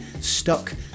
Stuck